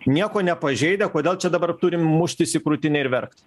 nieko nepažeidę kodėl čia dabar turim muštis į krūtinę ir verkt